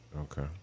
Okay